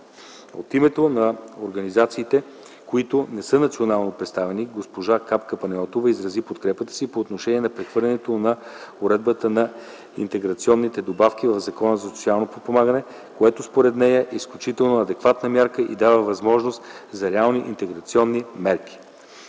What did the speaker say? От името на организациите, които не са национално представителни госпожа Капка Панайотова изрази подкрепата си по отношение на прехвърлянето на уредбата на интеграционните добавки в Закона за социалното подпомагане, което според нея е изключително адекватна мярка и дава възможност за реални интеграционни мерки.